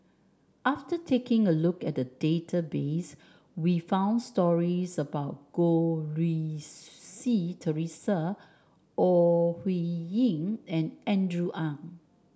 after taking a look at the database we found stories about Goh Rui Si Theresa Ore Huiying and Andrew Ang